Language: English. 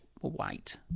white